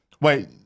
Wait